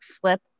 flip